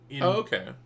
okay